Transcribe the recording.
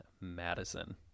madison